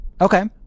Okay